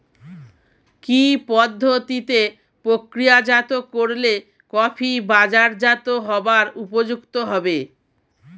কি পদ্ধতিতে প্রক্রিয়াজাত করলে কফি বাজারজাত হবার উপযুক্ত হবে?